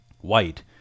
white